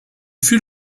fut